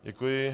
Děkuji.